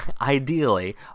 ideally